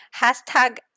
Hashtag